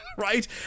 right